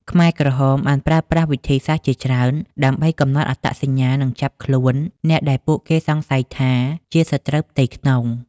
ខ្មែរក្រហមបានប្រើប្រាស់វិធីសាស្រ្តជាច្រើនដើម្បីកំណត់អត្តសញ្ញាណ និងចាប់ខ្លួនអ្នកដែលពួកគេសង្ស័យថាជាសត្រូវផ្ទៃក្នុង។